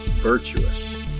virtuous